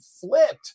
flipped